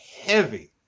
heavy